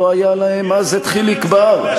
שלא היה להם אז חיליק בר,